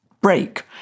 break